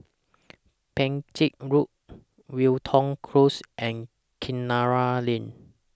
Bangkit Road Wilton Close and Kinara Lane